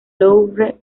louvre